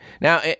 Now